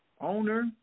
Owner